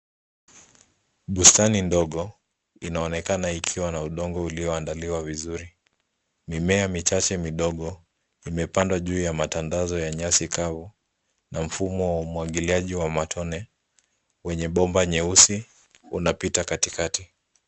Bustani ndogo inaonekana ikiwa na udongo ulioandaliwa vizuri. Mimea michache midogo imepandwa juu ya matandazo ya nyasi kavu na mfumo wa umwagiliaji wa matone wenye bomba nyeusi unapita katikati.